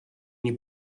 nii